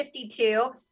52